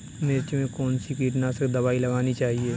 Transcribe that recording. मिर्च में कौन सी कीटनाशक दबाई लगानी चाहिए?